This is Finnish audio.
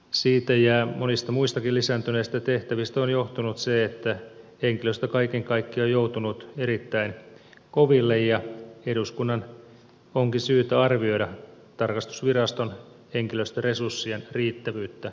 siitä ja monista muistakin lisääntyneistä tehtävistä on johtunut se että henkilöstö kaiken kaikkiaan on joutunut erittäin koville ja eduskunnan onkin syytä arvioida tarkastusviraston henkilöstöresurssien riittävyyttä jatkossa